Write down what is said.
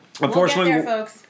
Unfortunately